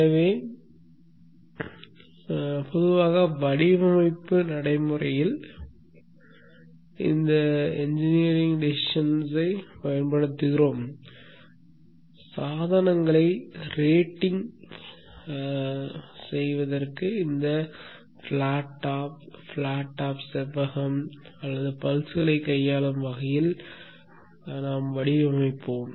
எனவே பொதுவாக வடிவமைப்பு நடைமுறையில் பொறியியல் முடிவுகளை பயன்படுத்துகிறோம் சாதனங்களை ரேடிங் மதிப்பிடுவதற்கு இந்த பிளாட் டாப் பிளாட் டாப் செவ்வகம் பல்ஸ்களை கையாளும் வகையில் வடிவமைப்போம்